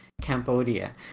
Cambodia